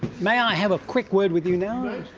may i have a quick word with you now?